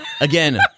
again